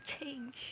change